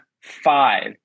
five